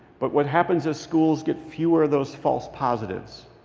but what happens is, schools get fewer of those false positives.